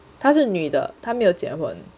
她是女的他没有结婚